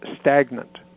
stagnant